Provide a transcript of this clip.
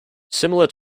similar